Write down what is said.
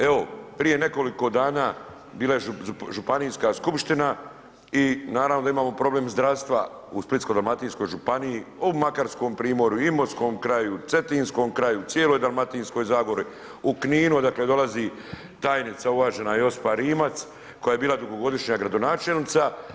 Evo, prije nekoliko dana bila je županijska skupština i naravno da imamo problem zdravstva u Splitsko-dalmatinskoj županiji, u Makarskom primorju, Imotskom kraju, Cetinskom kraju, cijeloj Dalmatinskoj zagori, u Kninu odakle dolazi tajnica uvažena Josipa Rimac, koja je bila dugogodišnja gradonačelnica.